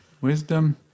wisdom